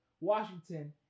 Washington